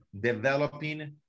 developing